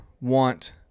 want